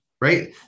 Right